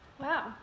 Wow